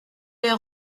les